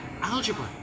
Algebra